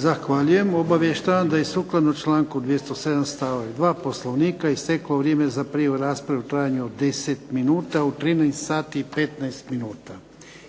Zahvaljujem. Obavještavam da je sukladno članku 207. stavak 2. Poslovnika isteklo vrijeme za prijavu rasprave u trajanju od 10 minuta u 13 sati i 15 minuta.